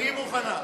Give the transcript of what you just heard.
והיא מוכנה.